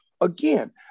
again